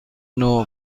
نوع